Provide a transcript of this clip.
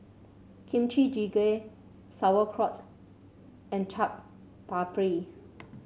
Kimchi Jjigae Sauerkraut and Chaat Papri